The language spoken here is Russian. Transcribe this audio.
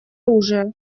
оружия